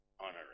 Honoring